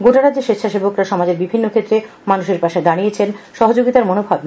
গোটা রাজ্যে স্বেচ্ছা সেবকরা সমাজের বিভিন্ন ক্ষেত্রে মানুষের পাশে দাঁড়িয়েছে সহযোগিতার মনোভাব নিয়ে